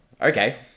Okay